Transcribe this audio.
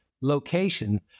location